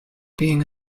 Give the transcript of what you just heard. being